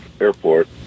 Airport